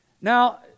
Now